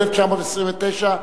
1929,